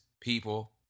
people